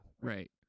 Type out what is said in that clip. Right